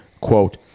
quote